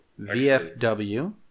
VFW